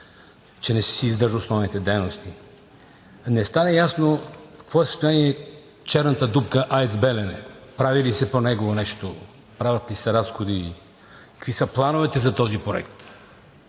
че не си издържа основните дейности. Не стана ясно какво е състоянието на черната дупка АЕЦ „Белене“ – прави ли се нещо по него, правят ли се разходи, какви са плановете за този проект?